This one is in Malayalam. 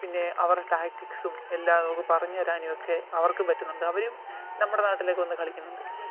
പിന്നെ അവരുടെ ടാറ്റിക്സും എല്ലാം നമുക്ക് പറഞ്ഞുതരാനും ഒക്കെ അവർക്ക് പറ്റുന്നുണ്ട് അവരും നമ്മുടെ നാട്ടിലേക്ക് വന്ന് കളിക്കുന്നുണ്ട്